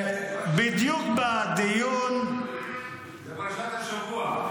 בדיוק בדיון -- בפרשת השבוע.